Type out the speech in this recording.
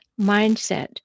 mindset